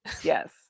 yes